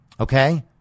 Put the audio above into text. Okay